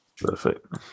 Perfect